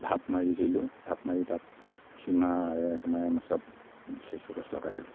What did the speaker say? ঢাপ মাৰিছিলোঁ ঢাপ মাৰি তাত সীমা সীমাই চব চেচু গছ লগাইছিলোঁ